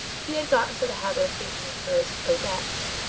he had got into the habit of thinking of her as odette,